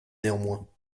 néanmoins